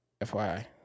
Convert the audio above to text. FYI